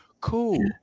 Cool